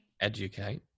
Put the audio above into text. Educate